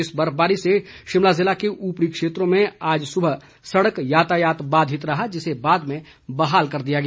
इस बर्फबारी से शिमला जिले के ऊपरी क्षेत्रों में आज सुबह सड़क यातायात बाधित रहा जिसे बाद में बहाल कर दिया गया